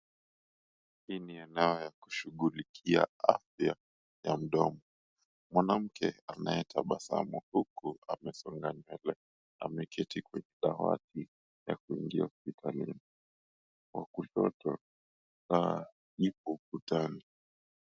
Hii ni eneo ya kushughulikia afya ya mdomo, mwanamke anayetabasamu huku amesonga nywele, ameketi kwenye dawati ya kuingia hospitalini. Kwa kushoto, saa iko ukutani.